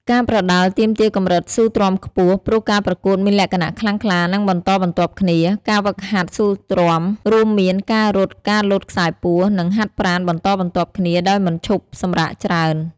ការប្រដាល់ទាមទារកម្រិតស៊ូទ្រាំខ្ពស់ ព្រោះការប្រកួតមានលក្ខណៈខ្លាំងក្លា និងបន្តបន្ទាប់គ្នា ការហ្វឹកហាត់ស៊ូទ្រាំរួមមាន ការរត់ ការលោតខ្សែពួរ និងហាត់ប្រាណបន្តបន្ទាប់គ្នាដោយមិនឈប់សម្រាកច្រើន។